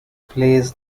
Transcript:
plays